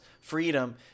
Freedom